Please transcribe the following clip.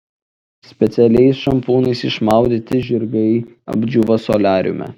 specialiais šampūnais išmaudyti žirgai apdžiūva soliariume